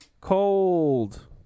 Cold